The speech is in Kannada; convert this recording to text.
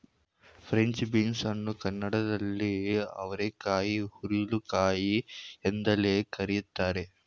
ಫ್ರೆಂಚ್ ಬೀನ್ಸ್ ಅನ್ನು ಕನ್ನಡದಲ್ಲಿ ಅವರೆಕಾಯಿ ಹುರುಳಿಕಾಯಿ ಎಂದೆಲ್ಲ ಕರಿತಾರೆ